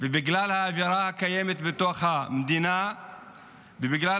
בגלל האווירה הקיימת בתוך המדינה ובגלל